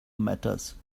matters